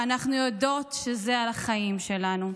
ואנחנו יודעות שזה על החיים שלנו.